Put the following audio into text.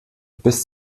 bis